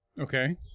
Okay